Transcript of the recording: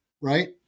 Right